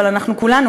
אבל אנחנו כולנו,